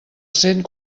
cent